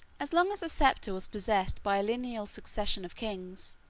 as long as the sceptre was possessed by a lineal succession of kings,